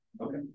Okay